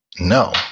No